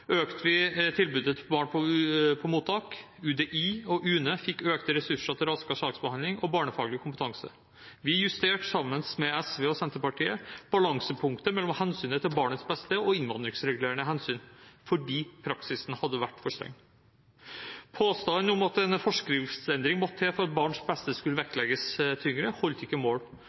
økte vi tilbudet til barn på mottak, UDI og UNE fikk økte ressurser til raskere saksbehandling og barnefaglig kompetanse. Vi justerte sammen med SV og Senterpartiet balansepunktet mellom hensynet til barnets beste og innvandringsregulerende hensyn – fordi praksisen hadde vært for streng. Påstanden om at en forskriftsendring måtte til for at barns beste skulle vektlegges tyngre, holdt ikke mål.